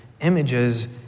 images